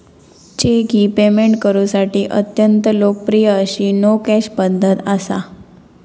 check ही payment करुसाठी अत्यंत लोकप्रिय अशी नो कॅश पध्दत असा